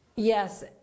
Yes